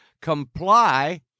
comply